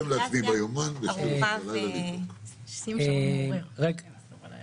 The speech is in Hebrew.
גם האפליקציה ערוכה --- אני רושם לעצמי ביומן: ב-24:00 בלילה